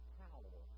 power